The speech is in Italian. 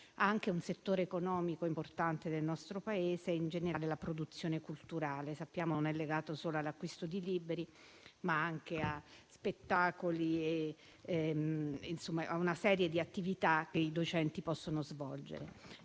anche un settore economico importante del nostro Paese che è in generale quello della produzione culturale, perché sappiamo che non è legato solo all'acquisto di libri, ma anche a spettacoli e a una serie di attività che i docenti possono svolgere.